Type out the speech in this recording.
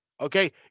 Okay